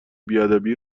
بیادبی